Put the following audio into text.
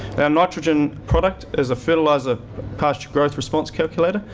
our nitrogen product is a fertiliser pasture growth response calculator.